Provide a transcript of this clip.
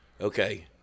Okay